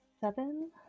seven